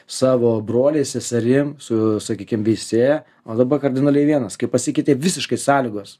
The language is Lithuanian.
savo broliais seserim su sakykim veisėja o dabar kardinaliai vienas kaip pasikeitė visiškai sąlygos